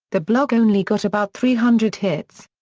the blog only got about three hundred hits.